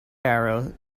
arrow